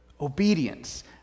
obedience